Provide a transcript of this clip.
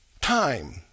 Time